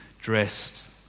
dressed